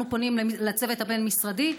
אנחנו פונים לצוות הבין-משרדי,